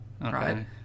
right